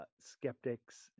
skeptics